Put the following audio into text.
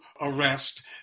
arrest